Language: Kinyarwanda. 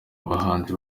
abahanzi